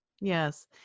yes